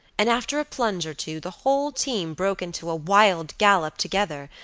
and after a plunge or two, the whole team broke into a wild gallop together,